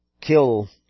kill